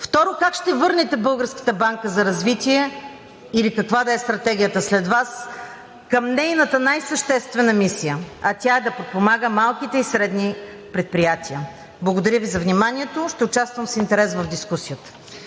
Второ, как ще върнете Българската банка за развитие или каква да е стратегията след Вас към нейната най-съществена мисия, а тя е да подпомага малките и средни предприятия? Благодаря Ви за вниманието. Ще участвам с интерес в дискусията.